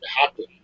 happen